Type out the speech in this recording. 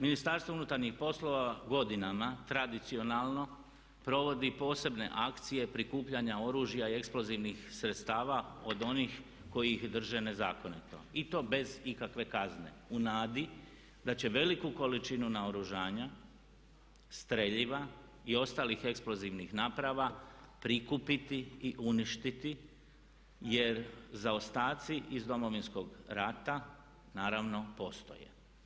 Ministarstvo unutarnjih poslova godinama tradicionalno provodi posebne akcije prikupljanja oružja i eksplozivnih sredstava od onih koji ih drže nezakonito i to bez ikakve kazne u nadi da će veliku količinu naoružanja, streljiva i ostalih eksplozivnih naprava prikupiti i uništiti jer zaostaci iz Domovinskog rata naravno postoje.